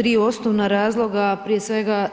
3 osnovna razloga, prije svega,